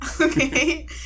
Okay